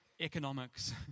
economics